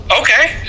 Okay